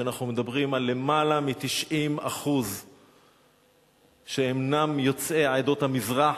ואנחנו מדברים על למעלה מ-90% שהם אינם יוצאי עדות המזרח,